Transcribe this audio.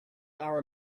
our